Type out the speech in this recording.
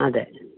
അതെ